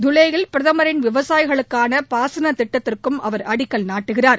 தலேயில் பிரதமின் விவசாயிகளுக்கான பாசனத் திட்டத்திற்கும் அவர் அடிக்கல் நாட்டுகிறார்